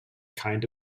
kind